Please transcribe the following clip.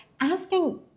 asking